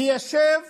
ליישב